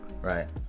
Right